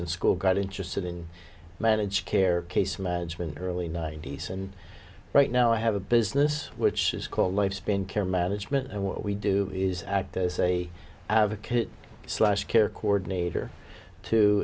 in school got interested in managed care case management early ninety's and right now i have a business which is called life span care management and what we do is act as a slash care coordinator to